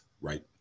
right